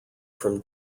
from